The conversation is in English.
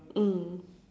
mm